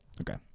Okay